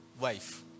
wife